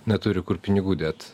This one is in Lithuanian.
neturi kur pinigų dėt